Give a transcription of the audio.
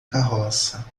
carroça